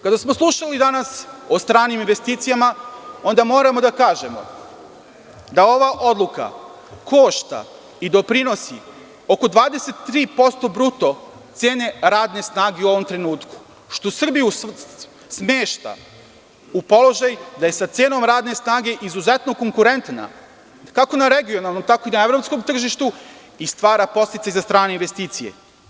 Kada smo danas slušali o stranim investicijama, onda moramo da kažemo da ova odluka košta i doprinosi oko 23% bruto cene radne snage u ovom trenutku, što Srbiju smešta u položaj da je sa cenom radne snage izuzetno konkurentna, kako na regionalnom, tako i na evropskom tržištu i stvara podsticaj za strane investicije.